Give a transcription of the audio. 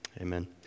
Amen